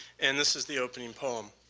and this is the opening poem.